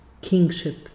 kingship